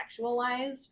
sexualized